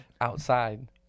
outside